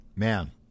Man